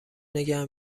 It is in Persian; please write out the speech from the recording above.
نگه